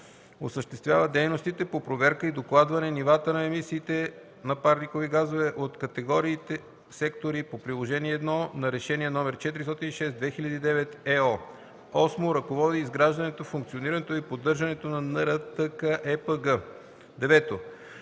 осъществява дейностите по проверка и докладване нивата на емисиите на парникови газове от категориите сектори по Приложение І на Решение № 406/2009/ЕО; 8. ръководи изграждането, функционирането и поддържането на НРТКЕПГ; 9.